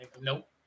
Nope